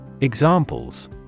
Examples